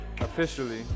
officially